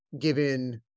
given